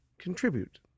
Contribute